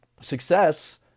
success